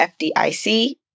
FDIC